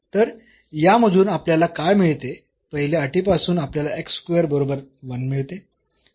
तर यामधून आपल्याला काय मिळते पहिल्या अटीपासून आपल्याला बरोबर 1 मिळते